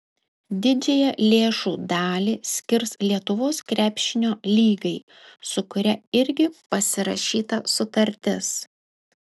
didžiąją lėšų dalį skirs lietuvos krepšinio lygai su kuria irgi pasirašyta sutartis